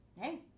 hey